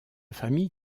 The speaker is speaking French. famille